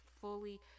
fully